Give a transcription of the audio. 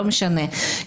לא משנה,